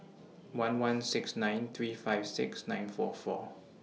one one six nine three five six nine four four